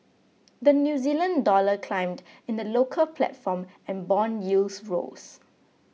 the New Zealand Dollar climbed in the local platform and bond yields rose